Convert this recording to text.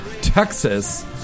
Texas